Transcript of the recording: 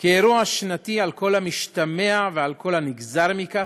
כאירוע שנתי, על כל המשתמע ועל כל הנגזר מכך.